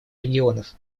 регионов